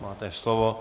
Máte slovo.